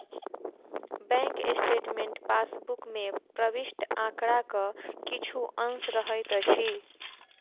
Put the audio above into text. bank statement passbook मे प्रविष्ट आंकड़ाक किछु अंश रहैत अछि